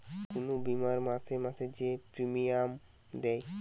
কুনু বীমার মাসে মাসে যে প্রিমিয়াম দেয়